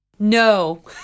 No